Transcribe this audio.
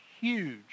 huge